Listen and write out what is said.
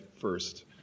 first